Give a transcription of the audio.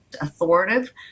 authoritative